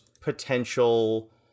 potential